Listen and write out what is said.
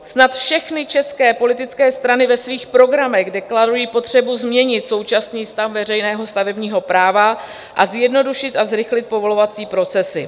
Snad všechny české politické strany ve svých programech deklarují potřebu změnit současný stav veřejného stavebního práva a zjednodušit a zrychlit povolovací procesy.